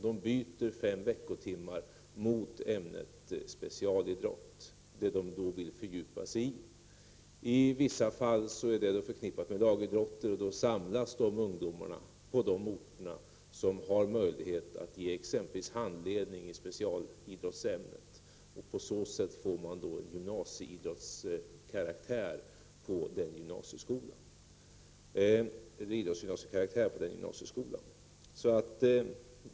De byter ut fem veckotimmar mot ämnet specialidrott, som de vill fördjupa sig i. I vissa fall är det förknippat med lagidrotter. Då samlas ungdomar på de orter som har möjlighet att ge exempelvis handledning i specialidrottsämnet. På så sätt får man en idrottskaraktär på den gymnasieskolan.